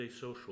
social